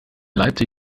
leipzig